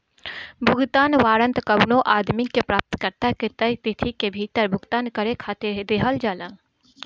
भुगतान वारंट कवनो आदमी के प्राप्तकर्ता के तय तिथि के भीतर भुगतान करे खातिर दिहल जाला